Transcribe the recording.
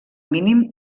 mínim